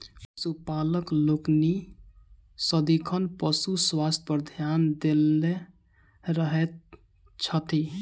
पशुपालक लोकनि सदिखन पशु स्वास्थ्य पर ध्यान देने रहैत छथि